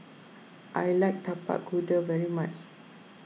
I like Tapak Kuda very much